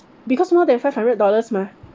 because more than five hundred dollars mah